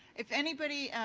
if anybody,